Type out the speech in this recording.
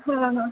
हां हां